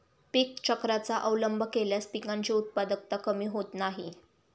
पीक चक्राचा अवलंब केल्यास पिकांची उत्पादकता कमी होत नाही